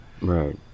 right